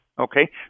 Okay